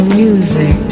music